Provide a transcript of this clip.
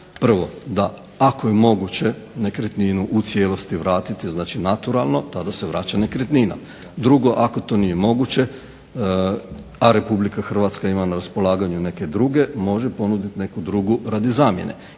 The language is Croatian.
Prvo, da ako je moguće nekretninu u cijelosti vratite znači naturalno, tada se vraća nekretnina. Drugo, ako to nije moguće a Republika Hrvatska ima na raspolaganju neke druge, može ponuditi neku drugu radi zamjene